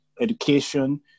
education